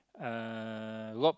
uh lock